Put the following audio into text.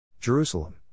Jerusalem